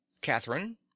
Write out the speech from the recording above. Catherine